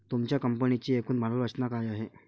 तुमच्या कंपनीची एकूण भांडवल रचना काय आहे?